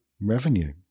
revenue